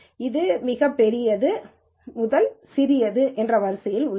இது மிகப்பெரியது முதல் சிறியது என்ற வரிசையில் உள்ளது